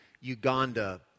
Uganda